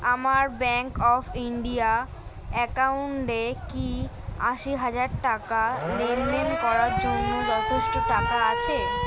আমার bank of India অ্যাকাউন্টে কি আশি হাজার টাকা লেনদেন করার জন্য যথেষ্ট টাকা আছে